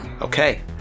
Okay